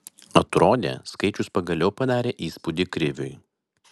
atrodė skaičius pagaliau padarė įspūdį kriviui